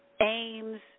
aims